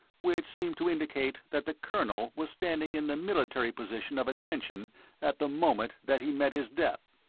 which seem to indicate that the colonel was standing in the military position of attention at the moment that he met his death.